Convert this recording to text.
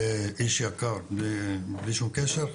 אתה איש יקר בלי שום קשר.